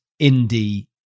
indie